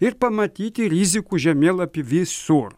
ir pamatyti rizikų žemėlapį visur